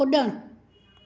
कुड॒णु